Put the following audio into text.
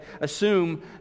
assume